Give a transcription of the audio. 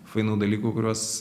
fainų dalykų kuriuos